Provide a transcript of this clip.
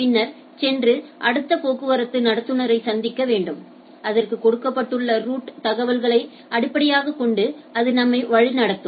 பின்னர் சென்று அடுத்த போக்குவரத்து நடத்துனரை சந்திக்க வேண்டும் அதற்கு கொடுக்கப்பட்டுள்ள ரூட் தகவல்களை அடிப்படையாகக் கொண்டு அது நம்மை வழி நடத்தும்